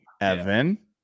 Evan